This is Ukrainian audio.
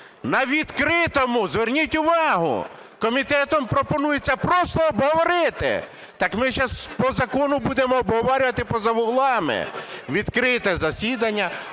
на відкритому… зверніть увагу, комітетом пропонується просто обговорити, так ми зараз по закону будемо обговорювати поза углами. Відкрите засідання,